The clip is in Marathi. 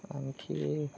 आणखी